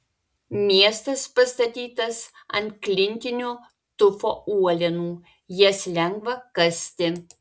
miestas pastatytas ant klintinio tufo uolienų jas lengva kasti